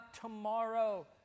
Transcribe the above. tomorrow